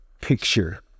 picture